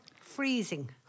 Freezing